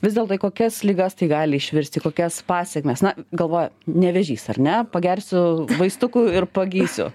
vis dėlto į kokias ligas tai gali išvirsti į kokias pasekmes na galvoja ne vėžys ar ne pagersiu vaistukų ir pagysiu